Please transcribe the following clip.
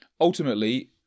Ultimately